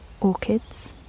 orchids